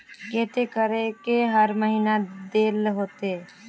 केते करके हर महीना देल होते?